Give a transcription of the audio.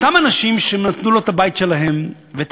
אותם אנשים שנתנו לו את הבית שלהם ואת